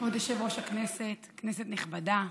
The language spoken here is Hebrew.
כבוד יושב-ראש הכנסת, כנסת נכבדה,